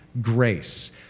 grace